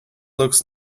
looks